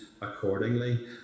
accordingly